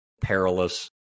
perilous